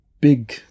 big